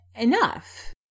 enough